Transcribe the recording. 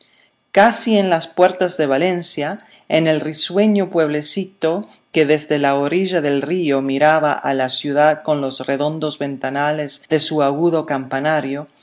casi en las puertas de valencia en el risueño pueblecito que desde la orilla del río miraba a la ciudad con los redondos ventanales de su agudo campanario